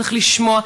צריך לשמוע,